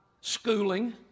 schooling